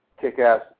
kick-ass